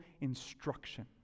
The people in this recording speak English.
instruction